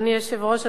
אדוני היושב-ראש,